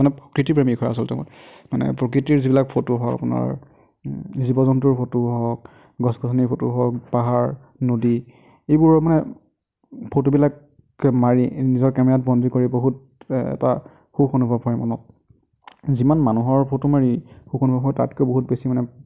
মানে প্ৰকৃতি প্ৰেমিক হয় আচলতে মই মানে প্ৰকৃতিৰ যিবিলাক ফটো হয় আপোনাৰ জীৱ জন্তুৰ ফটো হওক গছ গছনিৰ ফটো হওক পাহাৰ নদী এইবোৰ মানে ফটোবিলাক মাৰি নিজৰ কেমেৰাত বন্দী কৰি বহুত এটা সুখ অনুভৱ হয় মনত যিমান মানুহৰ ফটো মাৰি সুখ অনুভৱ হয় তাতকৈ বহুত বেছি মানে